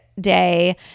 day